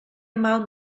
mal